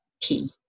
key